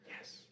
Yes